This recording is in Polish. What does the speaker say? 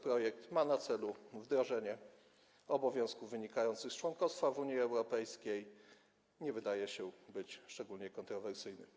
Projekt ma na celu wdrożenie obowiązków wynikających z członkostwa w Unii Europejskiej i nie wydaje się być szczególnie kontrowersyjny.